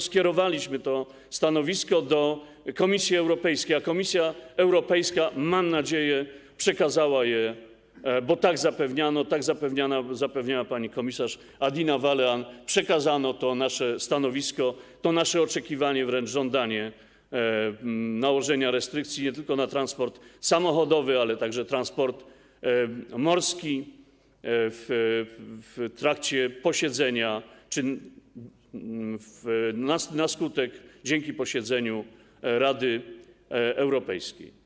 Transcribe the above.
Skierowaliśmy to stanowisko do Komisji Europejskiej, a Komisja Europejska, mam nadzieję, przekazała - tak zapewniano, tak zapewniała pani komisarz Adina Valean - nasze stanowisko, nasze oczekiwanie, wręcz żądanie nałożenia restrykcji, nie tylko na transport samochodowy, ale także na transport morski, w trakcie posiedzenia czy dzięki posiedzeniu Rady Europejskiej.